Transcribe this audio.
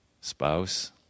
spouse